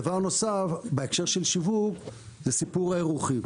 דבר נוסף בהקשר של שיווק זה סיפור האירוחי.